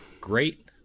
great